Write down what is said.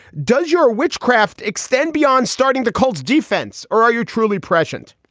does your witchcraft extend beyond starting the colts defense or are you truly prescient?